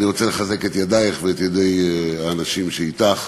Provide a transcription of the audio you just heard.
אני רוצה לחזק את ידייך ואת ידי האנשים שאתך.